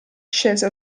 scese